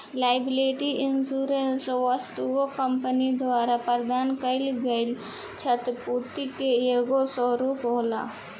liability insurance वस्तुतः company द्वारा प्रदान कईल गईल छतिपूर्ति के एगो स्वरूप होला